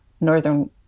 northern